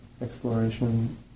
exploration